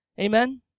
Amen